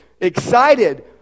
excited